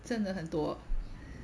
真的很多 ah